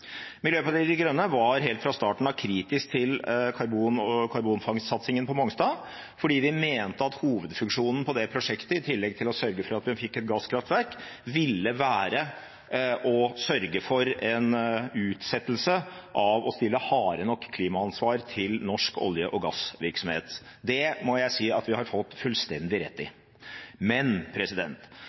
Miljøpartiet De Grønne var helt fra starten av kritisk til karbonfangstsatsingen på Mongstad, fordi vi mente at hovedfunksjonen med det prosjektet, i tillegg til å sørge for at vi fikk et gasskraftverk, ville være å sørge for en utsettelse av å stille harde nok klimakrav til norsk olje- og gassvirksomhet. Det må jeg si at vi har fått fullstendig rett i. Men